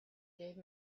gave